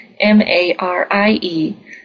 M-A-R-I-E